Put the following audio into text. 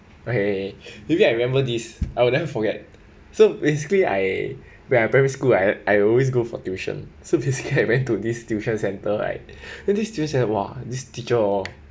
okay maybe I remember this I will never forget so basically I when I primary school I I always go for tuition so basically I went to this tuition centre right then this tuition ah !wah! this teacher oh